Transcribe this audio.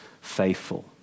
faithful